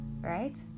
right